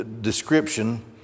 description